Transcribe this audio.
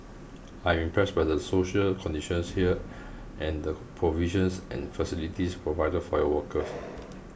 I am impressed by the social conditions here and the provisions and facilities provided for your workers